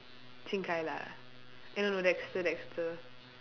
Qing Kai lah eh no no Dexter Dexter